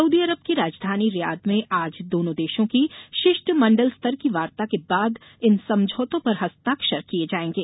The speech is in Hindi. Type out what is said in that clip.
सऊदी अरब की राजधानी रियाद में आज दोनों देशों की शिष्टमंडल स्तर की वार्ता के बाद इन समझौतों पर हस्ताक्षर किए जाएंगे